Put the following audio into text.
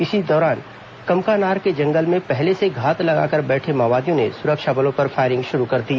इसी दौरान कमकानार के जंगल में पहले से घात लगाकर बैठे माओवदियों ने सुरक्षा बलों पर फायरिंग शुरू कर दी